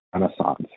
renaissance